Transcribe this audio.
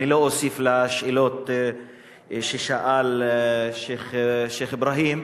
אני לא אוסיף על שאלות ששאל שיח' אברהים,